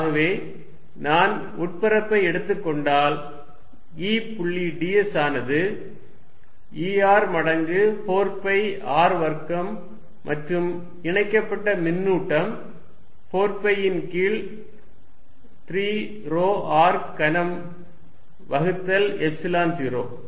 ஆகவே நான் உள்பரப்பை எடுத்துக் கொண்டால் E புள்ளி ds ஆனது E r மடங்கு 4 பை r வர்க்கம் மற்றும் இணைக்கப்பட்ட மின்னூட்டம் 4 பை ன் கீழ் 3 ρ r கனம் வகுத்தல் எப்சிலன் 0